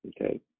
okay